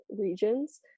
regions